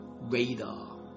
Radar